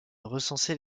recenser